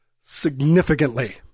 significantly